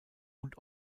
und